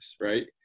right